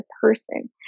person